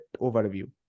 overview